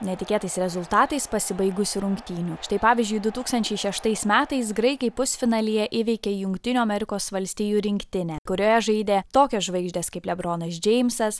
netikėtais rezultatais pasibaigusių rungtynių štai pavyzdžiui du tūkstančiai šeštais metais graikai pusfinalyje įveikė jungtinių amerikos valstijų rinktinę kurioje žaidė tokios žvaigždės kaip lebronas džeimsas